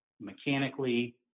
mechanically